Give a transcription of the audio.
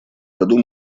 году